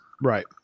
Right